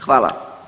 Hvala.